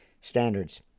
standards